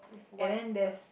with white words